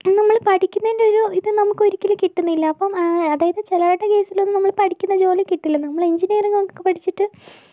പിന്നെ നമ്മൾ പഠിക്കുന്നതിൻ്റെ ഒരു ഇത് ഒരിക്കലും നമുക്ക് കിട്ടുന്നില്ല അപ്പോൾ അതായത് ചിലവരുടെ കെയ്സിൽ നമ്മള് പഠിക്കുന്ന ജോലി കിട്ടില്ല നമ്മൾ എൻജിനീയറിങ്ങൊക്കെ പഠിച്ചിട്ട്